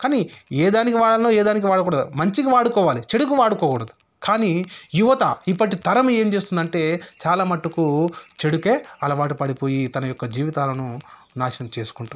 కానీ ఏ దానికి వాడాలో ఏ దానికి వాడకూడదో మంచికి వాడుకోవాలి చెడుకు వాడుకోకూడదు కానీ యువత ఇప్పటి తరం ఏం చేస్తోందంటే చాలా మట్టుకు చెడుకే అలవాటు పడిపోయి తన యొక్క జీవితాలను నాశనం చేసుకుంటుంది